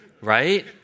right